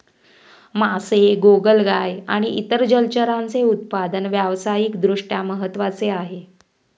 मासे, गोगलगाय आणि इतर जलचरांचे उत्पादन व्यावसायिक दृष्ट्या महत्त्वाचे आहे